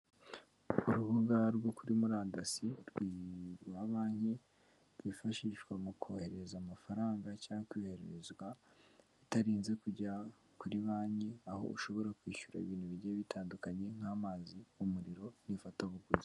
Urubuga rwo kuri murandasi rwa banki, rwifashishwa mu kohereza amafaranga cyangwa kwiyohererezwa bitarinze kujya kuri banki, aho ushobora kwishyura ibintu bijyiye bitandukanye nk'amazi, umuriro, n'ifatabuguzi.